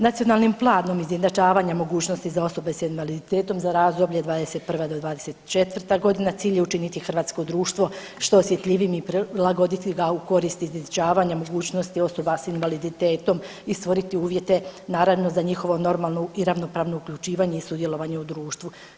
Nacionalnim planom izjednačavanja mogućnosti za osobe s invaliditetom za razdoblje 2021.-2024.g. cilj je učiniti hrvatsko društvo što osjetljivijim i prilagoditi ga u korist izjednačavanja mogućnosti osoba s invaliditetom i stvoriti uvjete naravno za njihovo normalno i ravnopravno uključivanje i sudjelovanje u društvu.